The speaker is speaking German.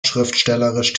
schriftstellerisch